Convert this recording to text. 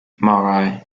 marae